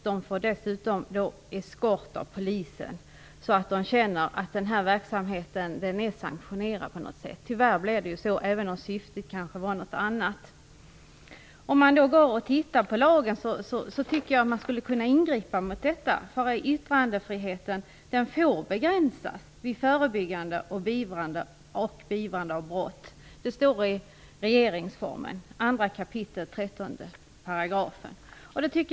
De får eskort av polisen, vilket gör att de känner att verksamheten är sanktionerad. Det blir resultatet, även om syftet kanske var ett annat. Om man ser på lagen verkar det som om man skulle kunna ingripa mot detta. Yttrandefriheten får begränsas vid förebyggande och beivrande av brott. Det står i regeringsformen 2 kap. 13 §.